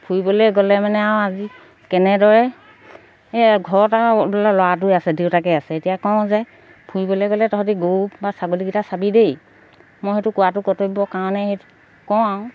ফুৰিবলৈ গ'লে মানে আৰু আজি কেনেদৰে ঘৰত ল'ৰাটোৱে আছে দেউতাকে আছে এতিয়া কওঁ যে ফুৰিবলৈ গ'লে তহঁতি গৰু বা ছাগলীকেইটা চাবি দেই মই সেইটো কোৱাটো কৰ্তব্য কাৰণে সেই কওঁ আৰু